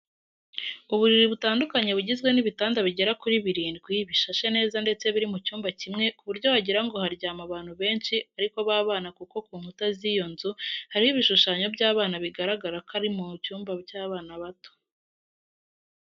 Uburiri butandukanye bugizwe n'ibitanda bigera kuri birindwi, bishashe neza ndetse biri mu cyumba kimwe ku buryo wagira ngo haryama abantu benshi ariko b'abana kuko ku nkuta z'iyo nzu hariho ibishushanyo by'abana bigaragara ko ari mu cyumba cy'abana bato.